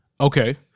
Okay